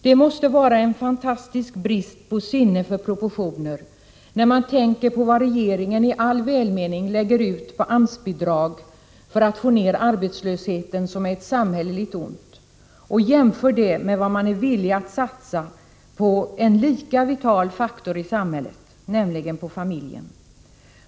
Det måste vara en fantastisk brist på sinne för proportioner, när man tänker på vad regeringen i all välmening lägger ut på AMS-bidrag för att få ner arbetslösheten, som är ett samhälleligt ont, och jämför det med vad den är villig att satsa på en lika vital faktor i samhället, nämligen på familjen.